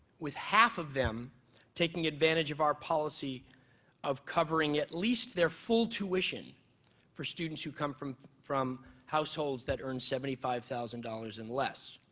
with half of them taking advantage of our policy of covering at least their full tuition for students who come from from households that earn seventy five thousand dollars and less.